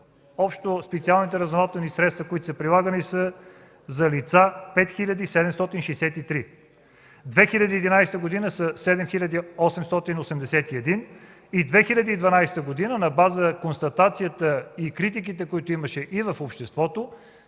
общо специалните разузнавателни средства, които са прилагани, са за лица 5763, през 2011 г. са 7881 и през 2012 г. на база констатацията и критиките, които имаше и в обществото,